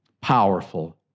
Powerful